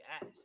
ass